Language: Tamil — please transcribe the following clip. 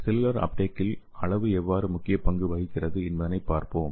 செல்லுலார் அப்டேகில் அளவு எவ்வாறு முக்கிய பங்கு வகிக்கிறது என்பதைப் பார்ப்போம்